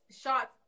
shot